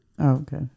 Okay